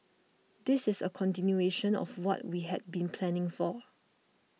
this is a continuation of what we had been planning for